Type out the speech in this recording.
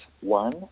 one